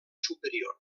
superior